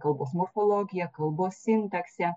kalbos morfologija kalbos sintakse